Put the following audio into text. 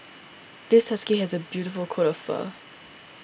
this husky has a beautiful coat of fur